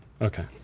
Okay